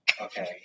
okay